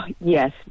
yes